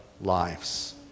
lives